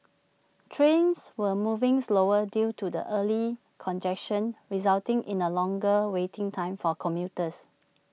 trains were moving slower due to the early congestion resulting in A longer waiting time for commuters